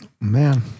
Man